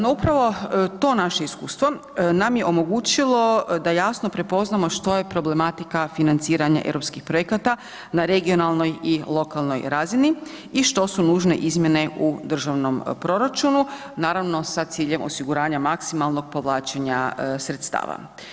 No upravo to naše iskustvo nam je omogućilo da jasno prepoznamo što je problematika financiranja europskih projekata na regionalnoj i lokalnoj razini i što su nužne izmjene u državnom proračunu naravno da ciljem osiguranja maksimalnog povlačenja sredstava.